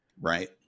Right